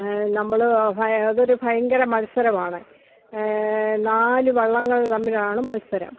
നമ്മൾ ഭ അതൊരു ഭയങ്കര മത്സരം ആണ് നാല് വള്ളങ്ങൾ തമ്മിലാണ് മത്സരം